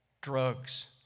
drugs